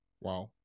Wow